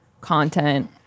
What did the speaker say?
content